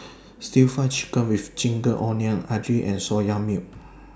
Stir Fry Chicken with Ginger Onions Idly and Soya Milk